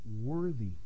worthy